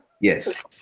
yes